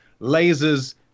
Lasers